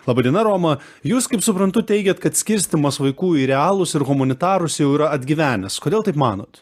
laba diena roma jūs kaip suprantu teigiat kad skirstymas vaikų į realus ir humanitarus jau yra atgyvenęs kodėl taip manot